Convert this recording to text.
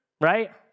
right